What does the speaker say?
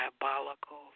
diabolical